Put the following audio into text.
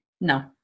No